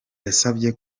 yasabye